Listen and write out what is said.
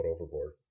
overboard